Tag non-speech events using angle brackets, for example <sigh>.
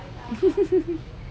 <laughs>